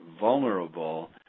vulnerable